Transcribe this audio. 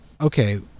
okay